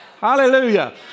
Hallelujah